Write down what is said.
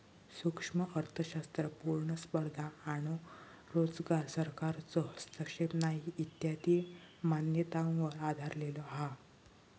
सूक्ष्म अर्थशास्त्र पुर्ण स्पर्धा आणो रोजगार, सरकारचो हस्तक्षेप नाही इत्यादी मान्यतांवर आधरलेलो हा